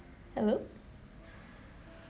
hello